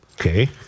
Okay